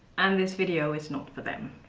and this video is not for them.